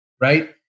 right